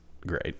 great